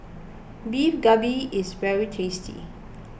Beef Galbi is very tasty